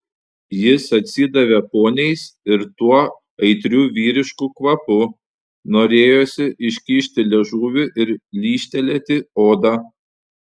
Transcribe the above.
jis atsidavė poniais ir tuo aitriu vyrišku kvapu norėjosi iškišti liežuvį ir lyžtelėti odą